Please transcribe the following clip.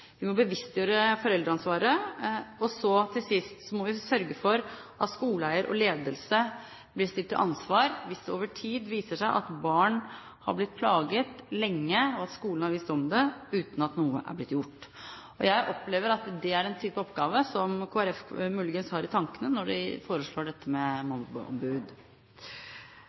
Vi må bevisstgjøre foreldreansvaret, og til sist må vi sørge for at skoleeier og -ledelse blir stilt til ansvar hvis det viser seg at barn har blitt plaget lenge, og at skolen har visst om det uten at noe er blitt gjort. Jeg opplever at det er den type oppgave Kristelig Folkeparti muligens har i tankene når de foreslår dette med